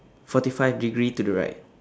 forty five degree to the right